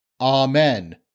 Amen